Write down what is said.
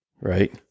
right